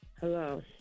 Hello